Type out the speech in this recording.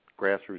grassroots